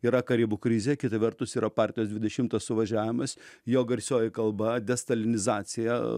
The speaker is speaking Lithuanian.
yra karibų krizė kita vertus yra partijos dvidešimtas suvažiavimas jo garsioji kalba destalinizacija